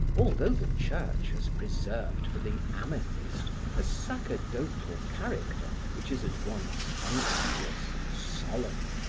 although the church has preserved for the amethyst a sacerdotal character which is at once unctuous and solemn,